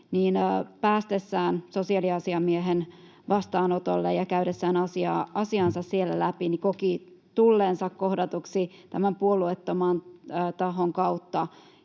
päästessään sosiaaliasiamiehen vastaanotolle ja käydessään asiansa siellä läpi koki tulleensa kohdatuksi tämän puolueettoman tahon kautta